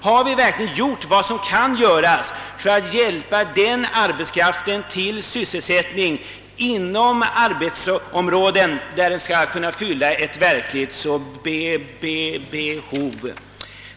Har vi verkligen gjort vad som göras kan för att hjälpa denna arbetskraft till sysselsättning inom arbetsområden där den skulle fylla ett verkligt behov?